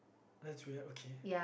that's weird okay